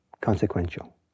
consequential